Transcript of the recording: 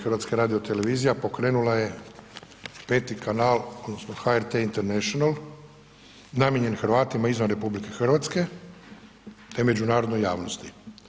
HRT-a pokrenula je peti kanal odnosno HRT International namijenjen Hrvatima izvan RH te međunarodnoj javnosti.